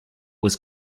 was